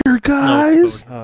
guys